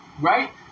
right